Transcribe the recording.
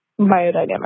biodynamic